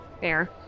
Fair